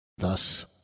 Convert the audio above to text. Thus